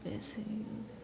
ऐसे ही